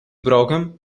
brougham